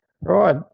right